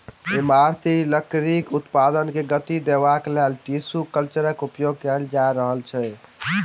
इमारती लकड़ीक उत्पादन के गति देबाक लेल टिसू कल्चरक उपयोग कएल जा रहल छै